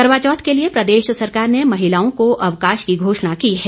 करवाचौथ के लिए प्रदेश सरकार ने महिलाओं को अवकाश की घोषणा की है